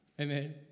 Amen